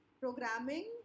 Programming